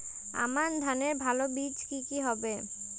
আমান ধানের ভালো বীজ কি কি হবে?